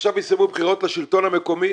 עכשיו הסתיימו הבחירות לשלטון המקומי,